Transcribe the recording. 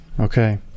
Okay